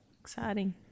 Exciting